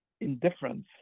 indifference